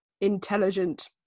intelligent